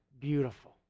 beautiful